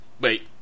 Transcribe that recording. Wait